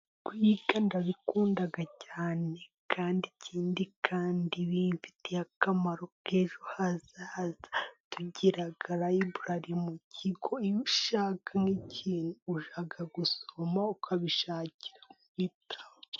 Kwiga ndabikunda cyane, ikindi kandi bimfitiye akamaro k'ejo hazaza. Tugira rayiburari mu kigo, iyo ushaka nk'ikintu ujya gusoma ukabishakira mu bitabo.